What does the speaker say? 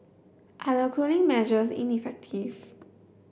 are the cooling measures ineffective